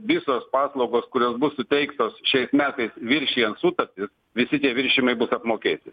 visos paslaugos kurios bus suteiktos šiais metais viršijant sutartį visi tie viršijimai bus apmokėti